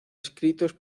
escritos